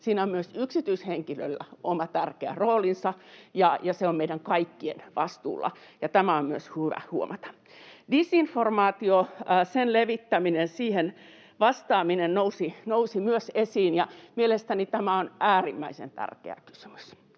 siinä on myös yksityishenkilöillä oma tärkeä roolinsa ja se on meidän kaikkien vastuulla, ja tämä on myös hyvä huomata. Disinformaatio, sen levittäminen ja siihen vastaaminen nousi myös esiin, ja mielestäni tämä on äärimmäisen tärkeä kysymys.